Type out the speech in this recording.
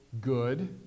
good